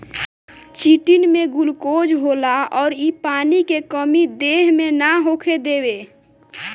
chitin में glucose होला अउर इ पानी के कमी देह मे ना होखे देवे